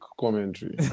commentary